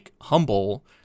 humble